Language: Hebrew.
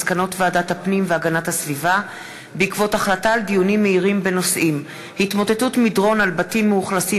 מסקנות ועדת הפנים והגנת הסביבה בעקבות דיון מהיר בהצעת חבר הכנסת